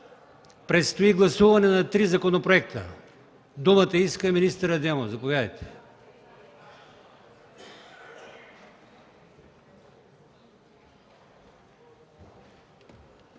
предстои гласуване на три законопроекта. Думата иска министър Адемов. Заповядайте.